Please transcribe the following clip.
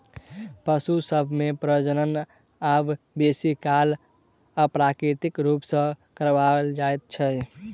पशु सभ मे प्रजनन आब बेसी काल अप्राकृतिक रूप सॅ कराओल जाइत छै